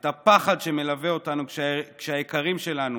את הפחד שמלווה אותנו כשהיקרים שלנו